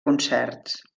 concerts